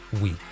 week